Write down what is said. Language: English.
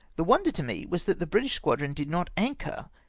the wonder to me was that the british squadron did not anchor,